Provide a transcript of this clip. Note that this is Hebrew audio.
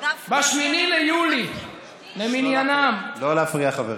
ב-8 ביולי למניינם, לא להפריע, חברים.